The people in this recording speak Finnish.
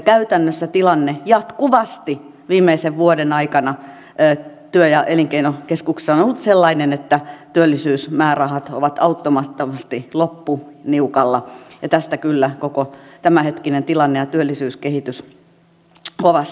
käytännössä tilanne on ollut jatkuvasti viimeisen vuoden aikana työ ja elinkeinokeskuksissa sellainen että työllisyysmäärärahat ovat auttamattomasti lopussa niukalla ja tästä kyllä koko tämänhetkinen tilanne ja työllisyyskehitys kovasti kärsivät